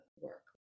work